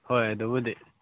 ꯍꯣꯏ ꯑꯗꯨꯕꯨꯗꯤ